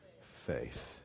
Faith